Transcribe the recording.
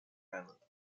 island